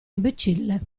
imbecille